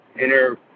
inner